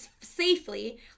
Safely